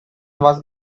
was